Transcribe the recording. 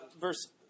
verse